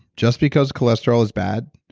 just because cholesterol is bad,